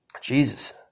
Jesus